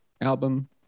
album